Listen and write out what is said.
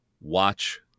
Watch